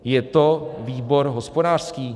Je to výbor hospodářský?